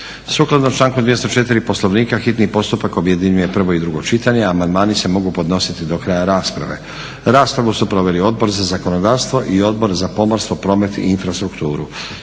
Sukladno članku 204. Poslovnika hitni postupak objedinjuje prvo i drugo čitanje, a amandmani se mogu podnositi do kraja rasprave. Raspravu su proveli Odbor za zakonodavstvo i Odbor za pomorstvo, promet i infrastrukturu.